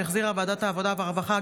שהחזירה ועדת העבודה והרווחה.